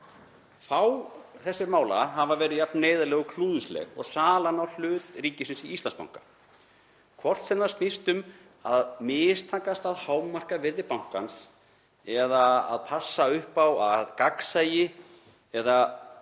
Fá þessara mála hafa verið jafn neyðarleg og klúðursleg og salan á hlut ríkisins í Íslandsbanka. Hvort sem það snýst um mistök við að hámarka virði bankans eða að passa upp á gagnsæi eða